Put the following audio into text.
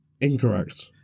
Incorrect